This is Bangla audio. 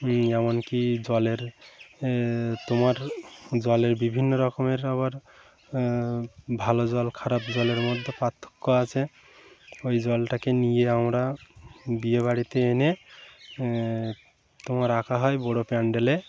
যেমনকি জলের তোমার জলের বিভিন্ন রকমের আবার ভালো জল খারাপ জলের মধ্যে পার্থক্য আছে ওই জলটাকে নিয়ে আমরা বিয়েবাড়িতে এনে তোমার রাখা হয় বড়ো প্যান্ডেলে